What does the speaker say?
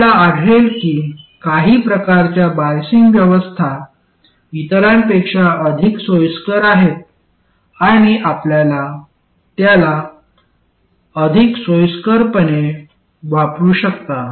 आपल्याला आढळेल की काही प्रकारच्या बायसिंग व्यवस्था इतरांपेक्षा अधिक सोयीस्कर आहेत आणि आपण त्याला अधिक सोयीस्करपणे वापरू शकता